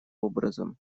образом